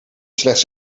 slechts